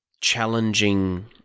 challenging